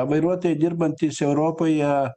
vairuotojai dirbantys europoje